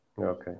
Okay